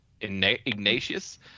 Ignatius